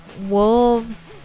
wolves